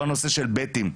כל הנושא של בטים.